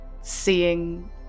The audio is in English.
seeing